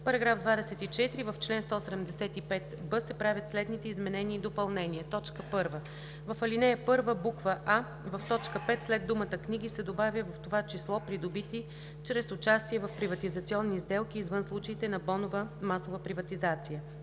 § 24: „§ 24. В чл. 175б се правят следните изменения и допълнения: 1. В ал. 1: а) в т. 5 след думата „книги“ се добавя „в това число придобити чрез участие в приватизационни сделки извън случаите на бонова (масова) приватизация“;